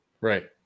Right